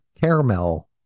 caramel